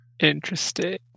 Interesting